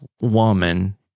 woman